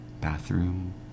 bathroom